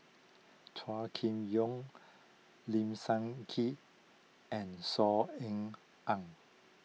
Chua Kim Yeow Lim Sun Gee and Saw Ean Ang